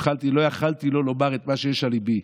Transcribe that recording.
התחלתי ולא יכולתי שלא לומר את מה שיש על ליבי.